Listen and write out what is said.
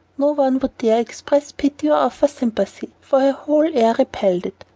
no one would dare express pity or offer sympathy, for her whole air repelled it,